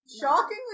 shockingly